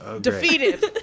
Defeated